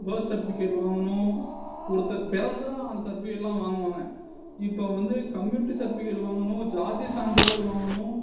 birth certificate வாங்கணும் ஒருத்தர் பிறந்தால் அந்த சர்ட்ஃபிக்கேட்லாம் வாங்குவாங்க இப்போ வந்து கம்யூனிட்டி சர்ட்ஃபிக்கேட் வாங்கணும் ஜாதி சான்றிதழ் வாங்கணும்